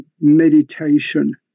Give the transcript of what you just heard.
meditation